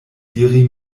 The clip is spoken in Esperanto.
diri